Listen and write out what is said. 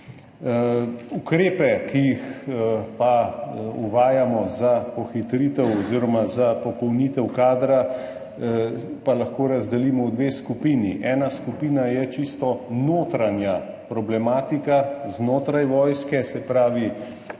Ukrepe, ki jih uvajamo za pohitritev oziroma za popolnitev kadra, pa lahko razdelimo v dve skupini. Ena skupina je čisto notranja problematika, znotraj vojske, se pravi pohitritev